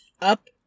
up